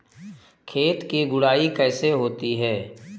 खेत की गुड़ाई कैसे होती हैं?